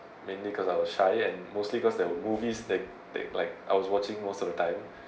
mainly because I was shy and mostly because there were movies they they like I was watching most of the time